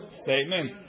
statement